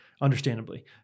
understandably